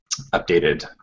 updated